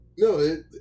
No